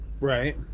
Right